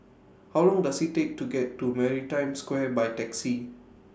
How Long Does IT Take to get to Maritime Square By Taxi